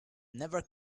never